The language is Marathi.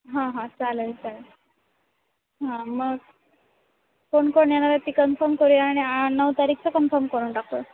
हां हां चालेल चालेल हां मग कोण कोण येणार आहेत ती कन्फर्म करूया आणि नऊ तारीखचं कन्फम करून टाकू